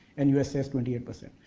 and you us's twenty eight percent.